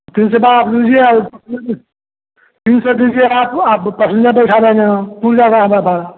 तीन सौ रुपये आप दीजिए और तीन सौ दीजिए आप वह आप वह पैसेंजर बिठा देंगे हम पूल जाएगा हमरा भाड़ा